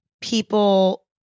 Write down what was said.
people